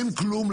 אין כלום,